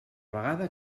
vegada